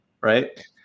right